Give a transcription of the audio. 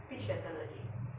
speech pathology